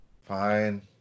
Fine